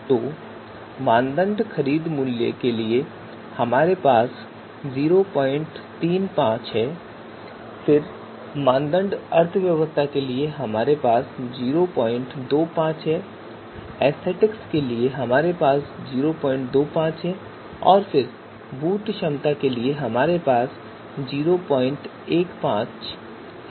तो मानदंड खरीद मूल्य के लिए हमारे पास 035 है फिर मानदंड अर्थव्यवस्था के लिए हमारे पास 025 है फिर एस्थेटिक के लिए हमारे पास 025 है और फिर बूट क्षमता के लिए हमारे पास 015 है